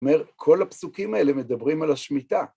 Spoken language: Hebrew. כל הפסוקים האלה מדברים על השמיטה.